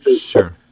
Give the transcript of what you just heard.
Sure